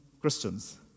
Christians